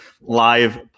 live